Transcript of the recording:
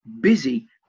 busy